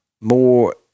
more